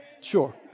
Sure